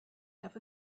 have